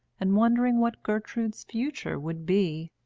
and wondering what gertrude's future would be.